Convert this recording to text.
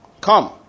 Come